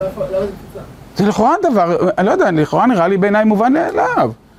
זה לכאורה דבר, אני לא יודע, לכאורה נראה לי בעיניי מובן מאליו